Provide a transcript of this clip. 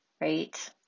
right